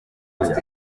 kubira